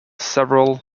several